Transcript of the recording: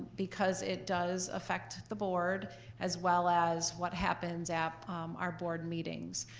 because it does affect the board as well as what happens at our board meetings.